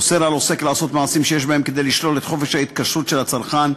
אוסר על עוסק לעשות מעשים שיש בהם כדי לשלול את חופש ההתקשרות של הצרכן,